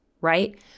right